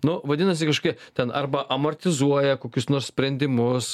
nu vadinasi kažkokie ten arba amortizuoja kokius nors sprendimus